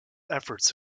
efforts